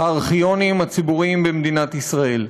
הארכיונים הציבוריים במדינת ישראל.